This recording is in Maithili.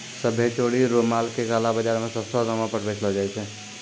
सभ्भे चोरी रो माल के काला बाजार मे सस्तो दामो पर बेचलो जाय छै